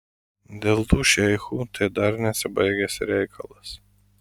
dėl tų šeichų tai dar nesibaigęs reikalas